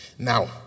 Now